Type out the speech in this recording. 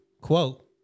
quote